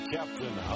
Captain